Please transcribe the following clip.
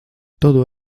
todo